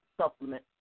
supplement